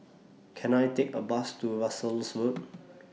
Can I Take A Bus to Russels Road